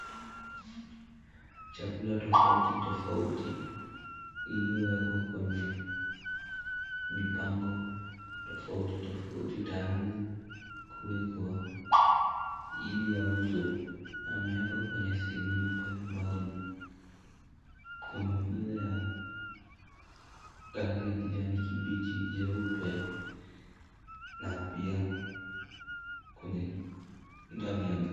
Chakula tofauti tofauti iliyowekwa kwenye mipango tofauti tofauti , tayari kuwekwa ili yauzwe yamewekwa kwenye sinia mbalimbali kama vile ya rangi ya kijani kibichi , jeupe na pia ndani ya gari.